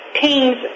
teams